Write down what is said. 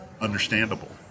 understandable